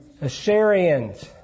Assyrians